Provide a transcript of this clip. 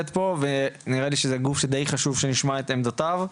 פה, ונראה לי שזה גוף שדי חשוב שנשמע את עמדותיו.